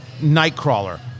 Nightcrawler